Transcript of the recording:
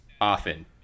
often